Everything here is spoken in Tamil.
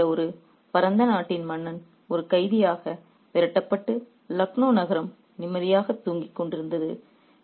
அவத் போன்ற ஒரு பரந்த நாட்டின் மன்னன் ஒரு கைதியாக விரட்டப்பட்டு லக்னோ நகரம் நிம்மதியாக தூங்கிக் கொண்டிருந்தது